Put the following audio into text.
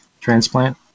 transplant